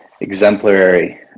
exemplary